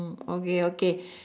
hmm okay okay